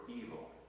evil